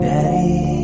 Daddy